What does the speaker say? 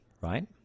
Right